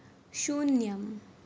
शून्यम्